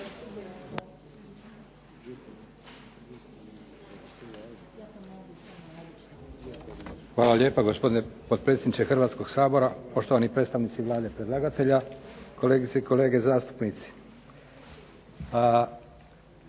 Hvala lijepa gospodine potpredsjedniče Hrvatskog sabora, poštovani predstavnici Vlade i predlagatelja, kolegice i kolege zastupnici.